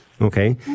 Okay